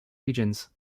regions